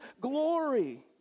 glory